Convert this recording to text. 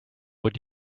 would